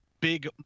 big